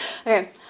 Okay